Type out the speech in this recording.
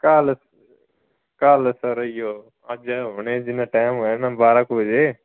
ਕੱਲ੍ਹ ਕੱਲ੍ਹ ਸਰ ਇਹੀਓ ਅੱਜ ਹੁਣ ਜਿਵੇਂ ਟਾਈਮ ਹੋਇਆ ਨਾ ਬਾਰ੍ਹਾਂ ਕੁ ਵਜੇ